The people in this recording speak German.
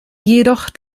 jedoch